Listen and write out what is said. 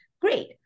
great